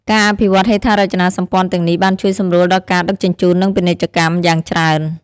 ការអភិវឌ្ឍហេដ្ឋារចនាសម្ព័ន្ធទាំងនេះបានជួយសម្រួលដល់ការដឹកជញ្ជូននិងពាណិជ្ជកម្មយ៉ាងច្រើន។